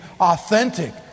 authentic